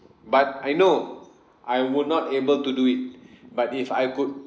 but I know I would not able to do it but if I could